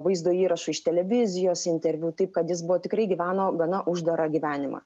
vaizdo įrašų iš televizijos interviu taip kad jis buvo tikrai gyveno gana uždarą gyvenimą